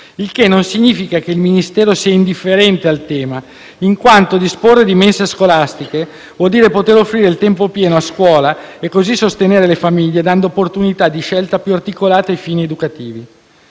il che non significa che il Ministero sia indifferente al tema, in quanto disporre di mense scolastiche vuol dire poter offrire il tempo pieno a scuola e così sostenere le famiglie, dando un'opportunità di scelta più articolata ai fini educativi.